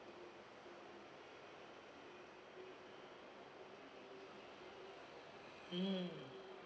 mm